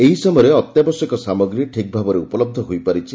ଏହି ସମୟରେ ଅତ୍ୟାବଶ୍ୟକୀୟ ସାମଗ୍ରୀ ଠିକ୍ ଭାବରେ ଉପଲବ୍ଧ ହୋଇପାରିଛି